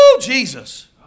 Jesus